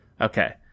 Okay